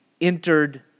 entered